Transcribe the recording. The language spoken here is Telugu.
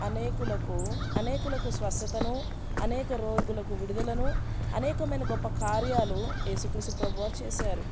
అనేకులకు అనేకులకు స్వసతను అనేక రోగులకు విడుదలను అనేకమైన గొప్ప కార్యాలు ఏసుక్రీసు ప్రభువారు చేసారు